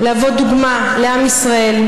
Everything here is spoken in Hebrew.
להיות דוגמה לעם ישראל,